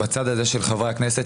בצד הזה של חברי הכנסת,